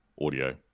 Audio